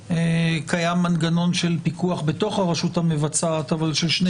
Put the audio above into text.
קיים מנגנון של פיקוח בתוך הרשות המבצעת אבל של שני